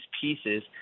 pieces